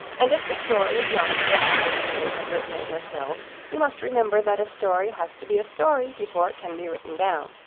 and if the story is not exactly as you would have written it yourselves, you must remember that a story has to be a story before it can be written down,